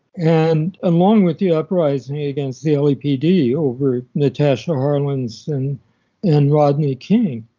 and along with the uprising against the lapd over natasha har lens and and rodney king,